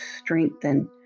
strengthen